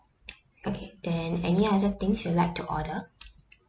okay then any other things you'd like to order